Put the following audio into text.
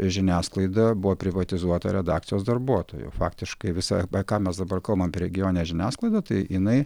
žiniasklaida buvo privatizuota redakcijos darbuotojų faktiškai visa ką mes dabar kalbam apie regioninę žiniasklaidą tai jinai